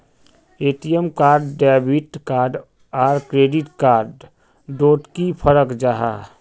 ATM card debit card आर credit card डोट की फरक जाहा?